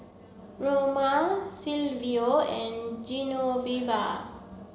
Roma Silvio and Genoveva